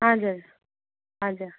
हजुर हजुर